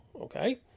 okay